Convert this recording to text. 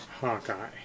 Hawkeye